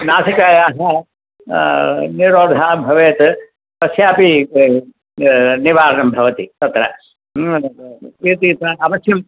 नासिकायाः निरोधः भवेत् तस्यापि निवारणं भवति तत्र इति अवश्यम्